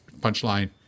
punchline